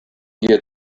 here